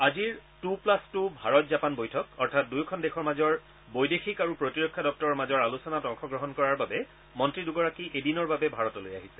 আজিৰ two plus two ভাৰত জাপান বৈঠক অৰ্থাৎ দুয়োখন দেশৰ মাজৰ বৈদেশিক আৰু প্ৰতিৰক্ষা দপ্তৰৰ মাজৰ আলোচনাত অংশগ্ৰহণ কৰাৰ বাবে মন্ত্ৰী দুগৰাকী এদিনীয়া কাৰ্যসুচীৰে ভাৰতলৈ আহিছে